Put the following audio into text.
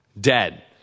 Dead